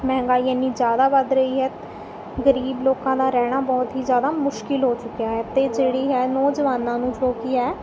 ਮਹਿੰਗਾਈ ਐਨੀ ਜ਼ਿਆਦਾ ਵੱਧ ਰਹੀ ਹੈ ਗਰੀਬ ਲੋਕਾਂ ਦਾ ਰਹਿਣਾ ਬਹੁਤ ਹੀ ਜ਼ਿਆਦਾ ਮੁਸ਼ਕਿਲ ਹੋ ਚੁੱਕਿਆ ਹੈ ਅਤੇ ਜਿਹੜੀ ਹੈ ਨੌਜਵਾਨਾਂ ਨੂੰ ਜੋ ਕਿ ਹੈ